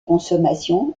consommation